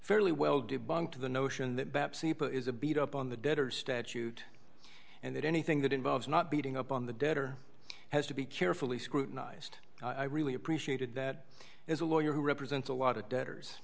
fairly well debunked the notion that is a beat up on the dead or statute and that anything that involves not beating up on the debtor has to be carefully scrutinized i really appreciated that as a lawyer who represents a lot of debtors